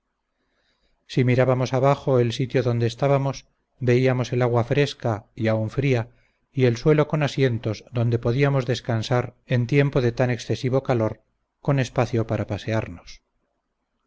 olor si mirábamos abajo el sitio donde estábamos veíamos el agua fresca y aun fría y el suelo con asientos donde podíamos descansar en tiempo de tan excesivo calor con espacio para pasearnos